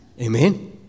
Amen